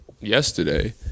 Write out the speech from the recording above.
yesterday